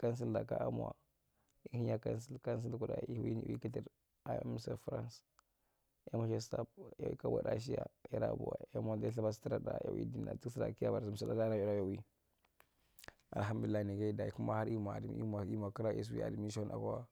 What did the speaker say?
councilor kaamwa ihenya council council kuda ei wi kathir iom sae france yamwa je staff yawi kabo da akwa shiya ya daa buwae yamwa nigi tra sirag yawi dina tuka sira msudae aran yawi alahamdullai nigiyae yimwa ki siwi admission akwo.